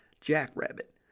jackrabbit